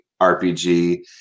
RPG